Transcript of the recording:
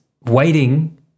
waiting